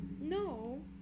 No